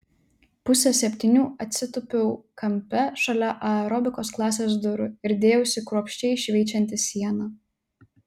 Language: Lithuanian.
pusę septynių atsitūpiau kampe šalia aerobikos klasės durų ir dėjausi kruopščiai šveičianti sieną